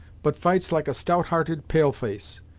but fights like a stout-hearted pale-face.